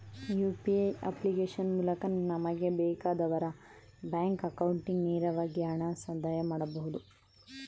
UPA application ಮೂಲಕ ನಮಗೆ ಬೇಕಾದವರ ಬ್ಯಾಂಕ್ ಅಕೌಂಟಿಗೆ ನೇರವಾಗಿ ಹಣ ಸಂದಾಯ ಮಾಡಬಹುದು